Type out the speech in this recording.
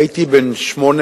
הייתי בן שמונה